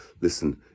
Listen